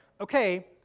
okay